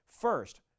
first